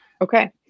Okay